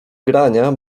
grania